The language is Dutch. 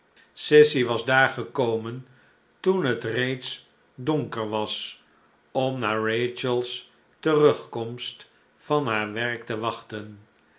sissy was daar gekomen toen het reeds donker was om naar rachel's terugkomst van haar werk te wachten